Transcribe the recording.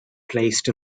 placed